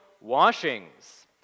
washings